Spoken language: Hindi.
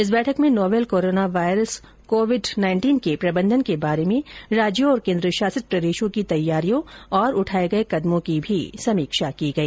इस बैठक में नोवेल कोरोनावायरस के प्रबन्धन के बारे में राज्यों और केन्द्रशासित प्रदेशों की तैयारियों तथा उठाये गये कदमों की भी समीक्षा की गई